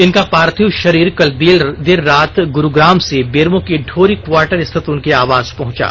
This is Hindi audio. इनका पार्थिव षरीर कल देर रात गुरूग्राम से बेरमो के ढोरी क्वार्टर स्थित उनके आवास पहंचा